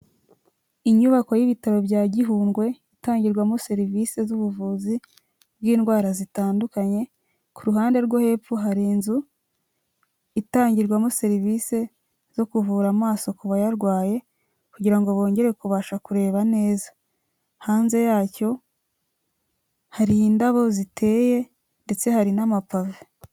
Inyubako y'ibitaro bya Gihundwe, itangirwamo serivisi z'ubuvuzi bw'indwara zitandukanye, ku ruhande rwo hepfo hari inzu, itangirwamo serivisi zo kuvura amaso ku bayarwaye, kugira ngo bongere kubasha kureba neza, hanze yacyo hari indabo ziteye ndetse hari n'amapave.